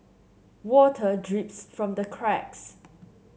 water drips from the cracks